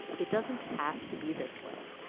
it doesn't have to be this way.